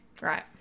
Right